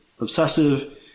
obsessive